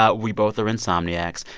ah we both are insomniacs.